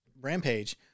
Rampage